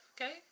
okay